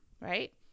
right